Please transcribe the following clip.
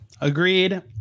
Agreed